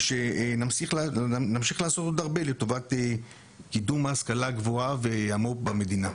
ושנמשיך לעשות עוד הרבה לטובת קידום ההשכלה הגבוהה והמו"פ במדינה.